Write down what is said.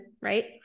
right